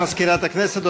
תודה למזכירת הכנסת.